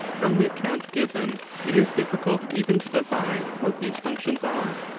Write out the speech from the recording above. from the account given it is difficult even to divine what these functions are.